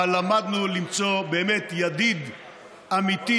אבל למדנו למצוא בו באמת ידיד אמיתי,